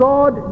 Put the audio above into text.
God